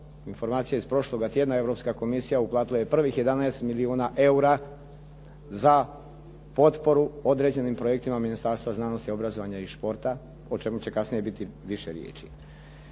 informacija iz prošloga tjedna Europska komisija je uplatila prvih 11 milijuna eura za potporu određenim projektima Ministarstva znanosti, obrazovanja i športa o čemu će kasnije biti više riječi.